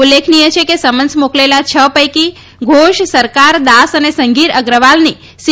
ઉલ્લેખનીય છે કે સમન્સ માકલેલા છ કી ધાવ સરકાર દાસ અને સંઘીર અગ્રવાલની સી